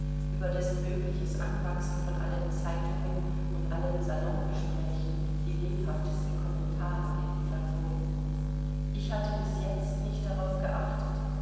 über dessen mögliches anwachsen von allen zeitungen und allen salongesprächen die lebhaftesten kommentare geliefert wurden ich hatte bis jetzt nicht darauf geachtet